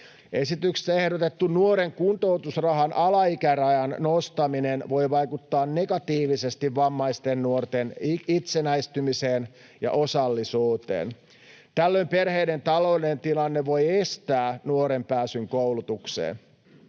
Esityksessä ehdotettu nuoren kuntoutusrahan alaikärajan nostaminen voi vaikuttaa negatiivisesti vammaisten nuorten itsenäistymiseen ja osallisuuteen. Tällöin perheiden taloudellinen tilanne voi estää nuoren pääsyn koulutukseen